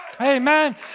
amen